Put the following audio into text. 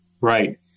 Right